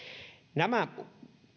nämä